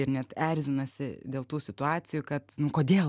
ir net erzinasi dėl tų situacijų kad kodėl